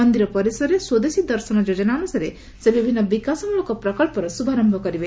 ମନ୍ଦିର ପରିସରରେ ସ୍ୱଦେଶୀ ଦର୍ଶନ ଯୋଜନା ଅନୁସାରେ ସେ ବିଭିନ୍ନ ବିକାଶମୂଳକ ପ୍ରକଳ୍ପର ଶୁଭାରମ୍ଭ କରିବେ